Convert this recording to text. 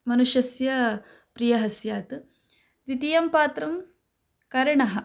मनुष्यस्य प्रियः स्यात् द्वितीयं पात्रं कर्णः